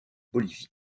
bolivie